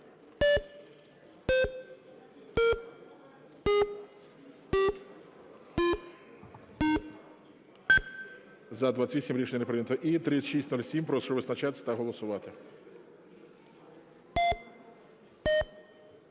За-28 Рішення не прийнято. І 3607, прошу визначатись та голосувати.